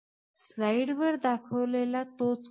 स्लाइडवर दाखवलेला तोच कोड आहे